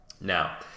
Now